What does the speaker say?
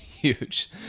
huge